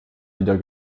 wieder